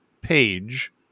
page